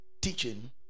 teaching